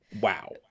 wow